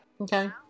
Okay